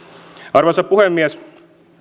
arvoisa puhemies